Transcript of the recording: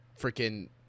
freaking